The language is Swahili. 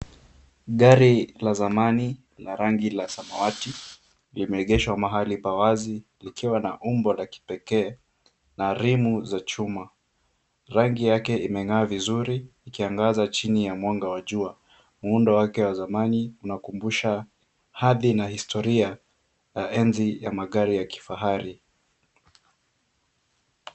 Gari la zamani la rangi la samawati limeegeshwa mahali pa wazi likiwa na umbo la kipekee na rimu za chuma. Rangi yake imengaa vizuri ikiangaza chini ya mwanga wa jua. Muundo wake wa zamani unakumbusha hadhi na historia la enzi ya magari ya kifahari.